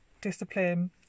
discipline